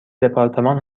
دپارتمان